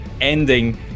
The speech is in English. ending